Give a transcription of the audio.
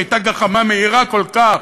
היא הייתה גחמה מהירה כל כך,